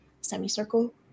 semicircle